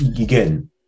again